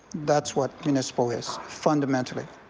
that's what municipal is. fundamentally.